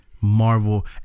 Marvel